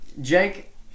Jake